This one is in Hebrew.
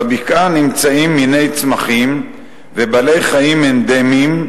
בבקעה נמצאים מיני צמחים ובעלי-חיים אנדמיים,